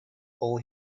all